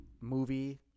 movie